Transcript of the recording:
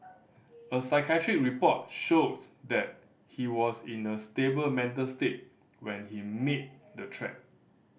a psychiatric report showed that he was in a stable mental state when he made the treat